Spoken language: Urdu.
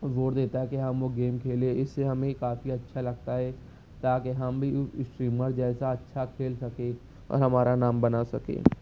زور دیتا ہے کہ ہم وہ گیم کھیلیں اس سے ہمیں کافی اچھا لگتا ہے تا کہ ہم بھی اس اسٹریمر جیسا اچھا کھیل سکیں اور ہمارا نام بنا سکیں